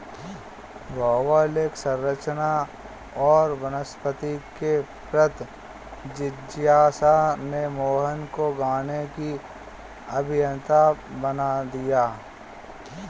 भौगोलिक संरचना और वनस्पति के प्रति जिज्ञासा ने मोहन को गाने की अभियंता बना दिया